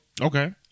Okay